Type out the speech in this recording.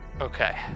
Okay